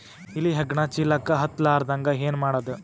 ಇಲಿ ಹೆಗ್ಗಣ ಚೀಲಕ್ಕ ಹತ್ತ ಲಾರದಂಗ ಏನ ಮಾಡದ?